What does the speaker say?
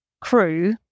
crew